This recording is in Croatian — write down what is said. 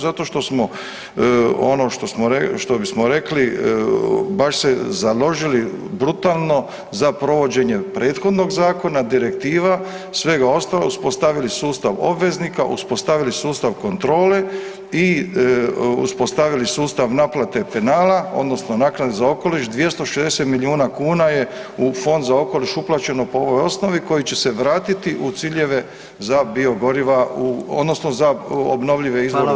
Zato što smo ono što bismo rekli, baš se založili brutalno za provođenje prethodnog zakona, direktiva, svega ostalog, uspostavili sustav obveznika, uspostavili sustav kontrole i uspostavili sustav naplate penala odnosno naknade za okoliš, 260 milijuna kuna je u Fond za okoliš uplaćeno po ovoj osnovi koji će vratiti u ciljeve za biogoriva odnosno za obnovljive izvore u